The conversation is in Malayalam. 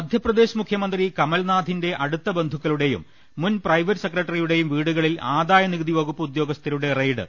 മധ്യപ്രദേശ് മുഖ്യമന്ത്രി കമൽനാഥിന്റെ അടുത്ത ബന്ധു ക്കളുടെയും മുൻ പ്രൈവറ്റ് സെക്രട്ടറിയുടെയും വീടുകളിൽ ആദായ നികുതി വകുപ്പ് ഉദ്യോഗസ്ഥരുടെ റെയ്ഡ്